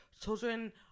children